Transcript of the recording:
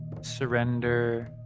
surrender